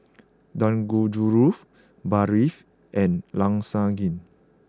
Dangojiru Barfi and Lasagne